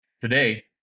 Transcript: Today